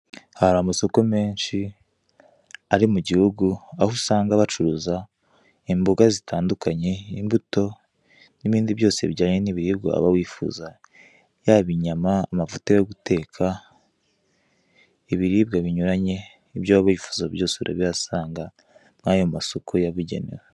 Hari amasoko menshi ari mu gihugu, aho usanga bacuruza imboga zitandukanye, imbuto n'ibindi byose bijyanye n'ibiribwa waba wifuza, yaba inyama, amavuta yo guteka, ibiribwa binyuranye, ibyo waba wifuza byose urabihasanga muri ayo masoko yabugenewe.